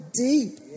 deep